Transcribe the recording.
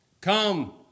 Come